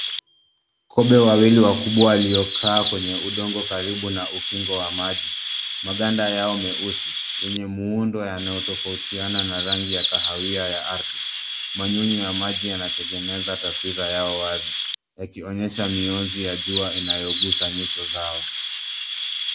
Kobe wawili wakubwa waliokaa kwenye udongo karibu na ukingo wa maji. Maganda yao meusi yenye muundo yanayotofautiana na rangi ya kahawia ya ardhi. Manyunyu ya maji yanatengeneza taswira yao wazi yakionyesha mionzi ya jua inayogusa nyuso zao.